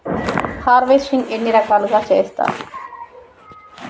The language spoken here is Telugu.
హార్వెస్టింగ్ ఎన్ని రకాలుగా చేస్తరు?